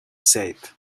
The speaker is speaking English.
said